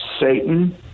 Satan